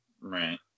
Right